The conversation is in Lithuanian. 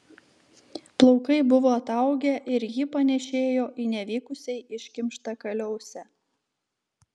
plaukai buvo ataugę ir ji panėšėjo į nevykusiai iškimštą kaliausę